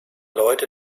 leute